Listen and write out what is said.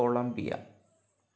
Columbia